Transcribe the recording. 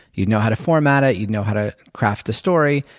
you'd know how to format it, you'd know how to craft a story,